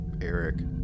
eric